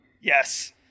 yes